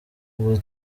ubu